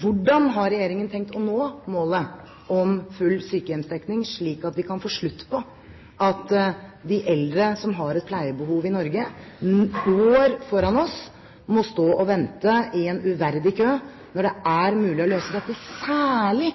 Hvordan har Regjeringen tenkt å nå målet om full sykehjemsdekning, slik at vi kan få slutt på at de eldre som har et pleiebehov i Norge – år foran oss – må stå og vente i en uverdig kø? Det er mulig å løse dette, særlig